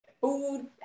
food